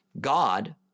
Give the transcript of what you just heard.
God